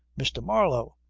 mr. marlow!